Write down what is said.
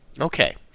okay